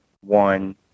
one